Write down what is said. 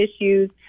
issues